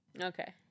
Okay